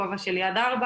בכובע של יד4,